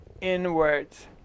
inwards